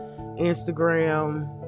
Instagram